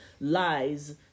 lies